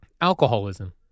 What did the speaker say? alcoholism